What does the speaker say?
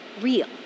real